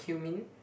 cumin